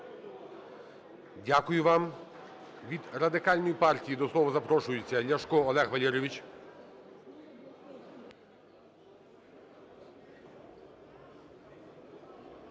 Дякую вам. Від Радикальної партії до слова запрошується Ляшко Олег Валерійович.